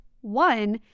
one